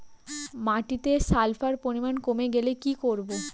মাটিতে সালফার পরিমাণ কমে গেলে কি করব?